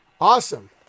Awesome